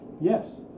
Yes